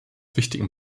wichtigen